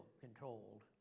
controlled